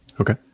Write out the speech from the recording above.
Okay